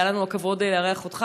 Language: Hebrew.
היה לנו גם הכבוד לארח אותך,